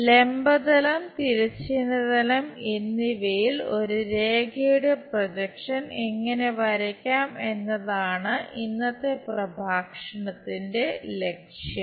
ലംബ തലം തിരശ്ചീന തലം എന്നിവയിൽ ഒരു രേഖയുടെ പ്രൊജക്ഷൻ എങ്ങനെ വരയ്ക്കാം എന്നതാണ് ഇന്നത്തെ പ്രഭാഷണത്തിന്റെ ലക്ഷ്യം